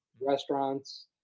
restaurants